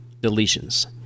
deletions